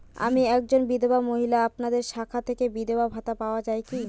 আমি একজন বিধবা মহিলা আপনাদের শাখা থেকে বিধবা ভাতা পাওয়া যায় কি?